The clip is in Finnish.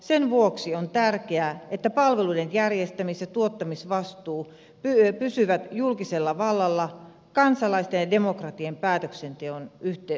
sen vuoksi on tärkeää että palveluiden järjestämis ja tuottamisvastuu pysyvät julkisella vallalla kansalaisten ja demokratian päätöksenteon piirissä